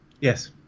Yes